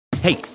Hey